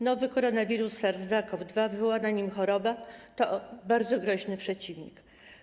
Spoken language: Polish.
Nowy koronawirus SARS-CoV-2, wywołana nim choroba to bardzo groźny przeciwnik.